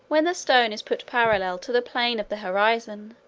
when the stone is put parallel to the plane of the horizon,